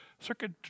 Circuit